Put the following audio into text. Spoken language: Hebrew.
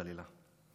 חלילה.